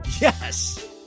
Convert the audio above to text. yes